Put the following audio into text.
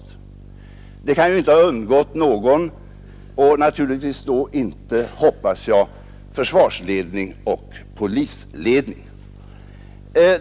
Det arbetet kan ju inte ha undgått någon, och naturligtvis då inte, hoppas jag, försvarsledning och polisledning.